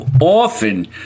often